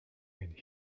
and